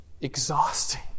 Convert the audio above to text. exhausting